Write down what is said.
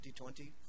2020